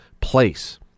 place